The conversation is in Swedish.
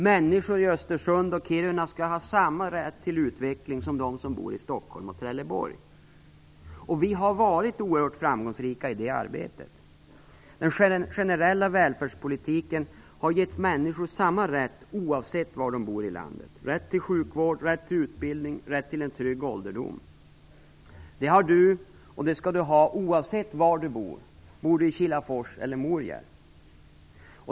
Människor i Östersund och Kiruna skall ha samma rätt till utveckling som de som bor i Stockholm och Vi har också varit oerhört framgångsrika i det arbetet. Den generella välfärdspolitiken har gett människor samma rätt, oavsett var de bor i landet. Man har rätt till sjukvård, rätt till utbildning och rätt till en trygg ålderdom, och det skall man ha oavsett var man bor, såväl i Kilafors som i Morjärv.